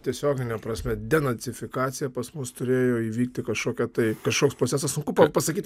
tiesiogine prasme denacifikacija pas mus turėjo įvykti kažkokia tai kažkoks procesas sunku pasakyt